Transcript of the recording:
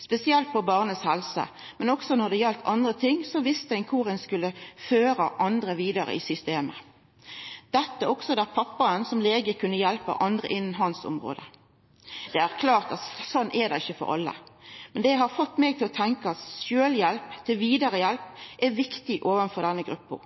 Spesielt når det gjaldt barnets helse, men også når det gjaldt andre ting, visste ein kor ein skulle føra andre vidare i systemet – dette også der pappaen som lege kunne hjelpa andre innan hans område. Det er klart at slik er det ikkje for alle. Men det har fått meg til å tenkja at sjølvhjelp til vidarehjelp er viktig overfor denne gruppa.